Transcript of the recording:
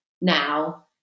now